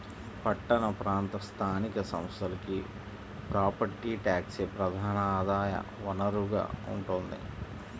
పట్టణ ప్రాంత స్థానిక సంస్థలకి ప్రాపర్టీ ట్యాక్సే ప్రధాన ఆదాయ వనరుగా ఉంటోంది